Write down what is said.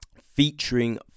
Featuring